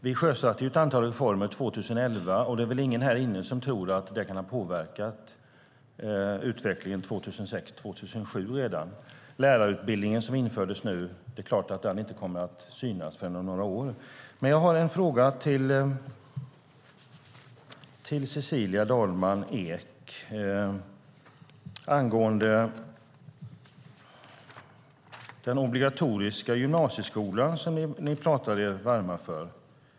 Vi sjösatte ett antal reformer 2011, och det är väl ingen här inne som tror att de redan kan ha påverkat den utveckling som har pågått sedan 2006-2007. Resultaten av den lärarutbildning som har införts nu kommer inte att synas förrän om några år. Jag har en fråga till Cecilia Dalman Eek angående den obligatoriska gymnasieskolan som ni har pratat er varma för.